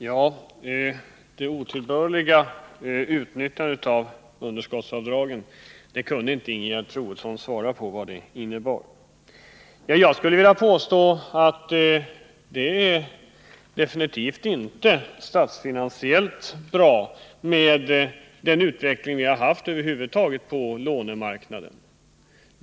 Herr talman! Ingegerd Troedsson kunde inte svara på frågan vad det otillbörliga utnyttjandet av underskottsavdragen innebar. Jag skulle vilja påstå att den utveckling vi har haft över huvud taget på lånemarknaden definitivt inte är statsfinansiellt fördelaktig.